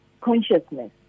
consciousness